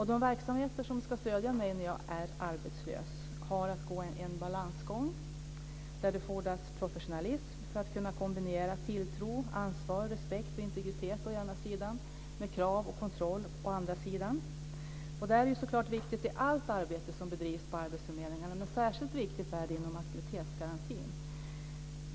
De verksamheter som ska stödja mig när jag är arbetslös har att gå en balansgång. Det fordras professionalism för att kunna kombinera tilltro, ansvar, respekt och integritet å ena sidan med krav och kontroll å andra sidan. Detta är så klart viktigt i allt arbete som bedrivs på arbetsförmedlingarna, men särskilt viktigt är det i fråga om aktivitetsgarantin.